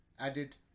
added